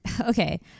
Okay